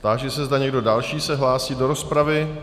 Táži se, zda někdo další se hlásí do rozpravy.